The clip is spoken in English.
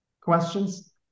questions